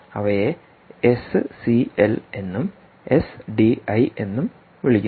അവയെ എസ്സിഎൽഎന്നും എസ്ഡിഐ എന്നും വിളിക്കുന്നു